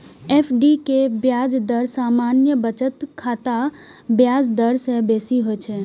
FD के ब्याज दर सामान्य बचत खाताक ब्याज दर सं बेसी होइ छै